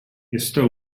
ёстой